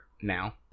now